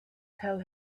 tell